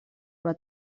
però